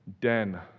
den